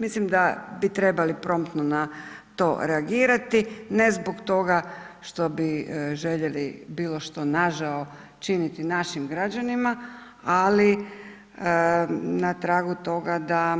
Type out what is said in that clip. Mislim da bi trebali promptno na to reagirati ne zbog toga što bi željeli bilo što nažao činiti našim građanima ali na tragu toga da